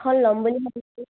এখন ল'ম বুলি ভাবিছোঁ